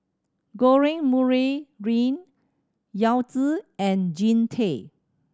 George Murray Reith Yao Zi and Jean Tay